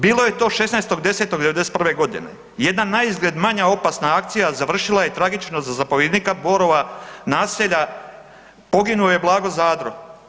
Bilo je to 16.10.'91.g., jedna naizgled manja opasna akcija završila je tragično za zapovjednika Borova Naselja, poginuo je Blago Zadro.